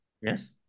Yes